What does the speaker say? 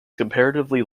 comparatively